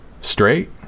Straight